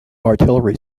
artillery